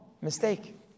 mistake